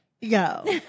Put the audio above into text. Yo